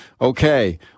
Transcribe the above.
Okay